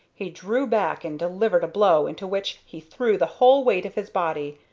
he drew back and delivered a blow into which he threw the whole weight of his body.